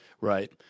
Right